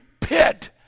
pit